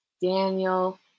Daniel